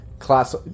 class